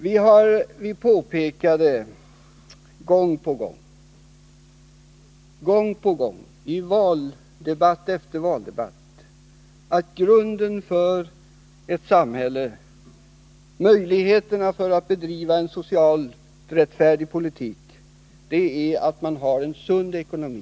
Vi påpekade gång på gång i valdebatt efter valdebatt att grunden för ett samhälle och för möjligheterna att bedriva en socialt rättfärdig politik är att man har en sund ekonomi.